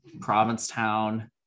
Provincetown